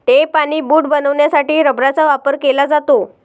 tape आणि boot बनवण्यासाठी रबराचा वापर केला जातो